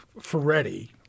Ferretti